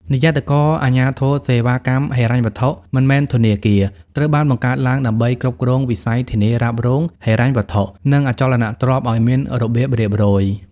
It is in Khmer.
និយ័តករអាជ្ញាធរសេវាកម្មហិរញ្ញវត្ថុមិនមែនធនាគារ ត្រូវបានបង្កើតឡើងដើម្បីគ្រប់គ្រងវិស័យធានារ៉ាប់រង ហិរញ្ញវត្ថុ និងអចលនទ្រព្យឱ្យមានរបៀបរៀបរយ។